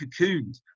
cocooned